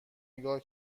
نگاه